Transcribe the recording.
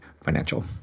financial